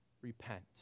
repent